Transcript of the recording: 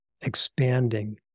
Expanding